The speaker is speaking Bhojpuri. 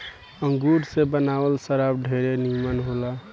अंगूर से बनावल शराब ढेरे निमन होला